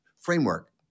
framework